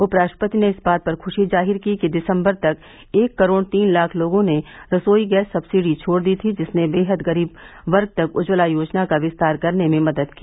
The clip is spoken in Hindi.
उपराष्ट्रपति ने इस बात पर खशी जाहिर की कि दिसंबर तक एक करोड़ तीन लाख लोगों ने रसोई गैस सब्सिडी छोड़ दी थी जिसने बेहद गरीब वर्ग तक उज्ज्वला योजना का विस्तार करने में मदद की